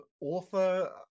author